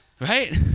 Right